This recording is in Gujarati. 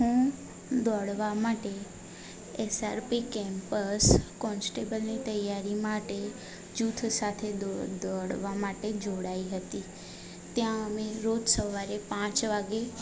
હું દોડવા માટે એસઆરપી કેમ્પસ કોન્સ્ટેબલની તૈયારી માટે જૂથ સાથે દોડવા માટે જોડાઈ હતી ત્યાં અમે રોજ સવારે પાંચ વાગે